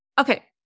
Okay